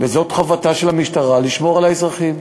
וזאת חובתה של המשטרה לשמור על האזרחים,